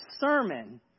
sermon